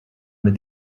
mit